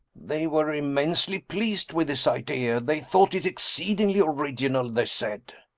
they were immensely pleased with his idea. they thought it exceedingly original, they said.